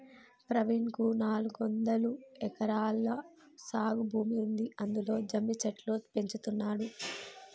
ప్రవీణ్ కు నాలుగొందలు ఎకరాల సాగు భూమి ఉంది అందులో జమ్మి చెట్లు పెంచుతున్నాడు